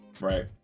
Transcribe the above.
Right